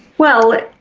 well,